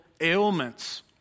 ailments